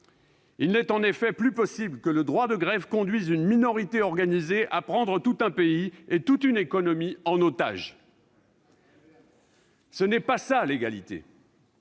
Il n'est en effet plus possible que le droit de grève conduise une minorité organisée à prendre tout un pays et toute une économie en otage. C'est vrai ! Ce n'est